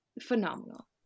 phenomenal